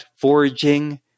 foraging